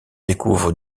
découvre